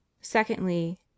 secondly